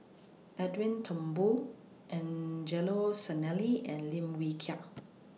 Edwin Thumboo Angelo Sanelli and Lim Wee Kiak